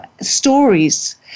stories